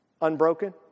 unbroken